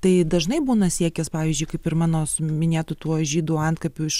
tai dažnai būna siekis pavyzdžiui kaip ir mano su minėtu tuo žydų antkapiu iš